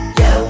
yo